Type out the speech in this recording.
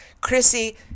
Chrissy